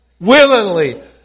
willingly